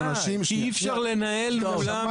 אבל יש הרבה אנשים מנתונים של 2018,